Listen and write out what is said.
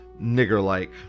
Nigger-like